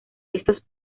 estos